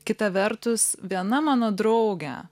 kita vertus viena mano draugė